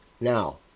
Now